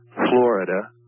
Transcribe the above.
Florida